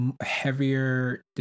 heavier